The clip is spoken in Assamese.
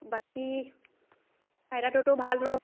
বাকী ভাল ন